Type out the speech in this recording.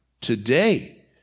today